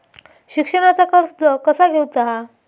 शिक्षणाचा कर्ज कसा घेऊचा हा?